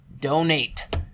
Donate